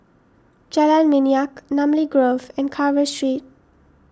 Jalan Minyak Namly Grove and Carver Street